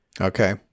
Okay